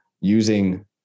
using